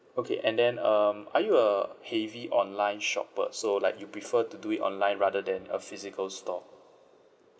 okay and then um are you a heavy online shopper so like you prefer to do it online rather than a physical store